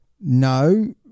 No